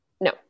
No